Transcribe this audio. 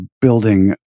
building